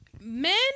Men